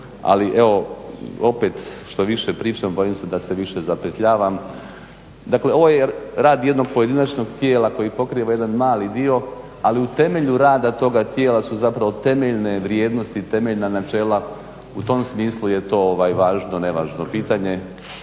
ali evo opet što više pričam bojim se da se više zapetljavam. Dakle, ovo je rad jednog pojedinačnog tijela koji pokriva jedan mali dio ali u temelju rada toga tijela su zapravo temeljne vrijednosti, temeljna načela. U tom smislu je to važno, nevažno pitanje.